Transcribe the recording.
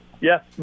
yes